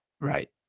right